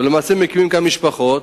למעשה מקימים כאן משפחות,